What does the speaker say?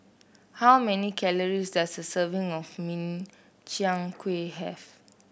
how many calories does a serving of Min Chiang Kueh have